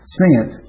sent